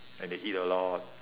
and they eat a lot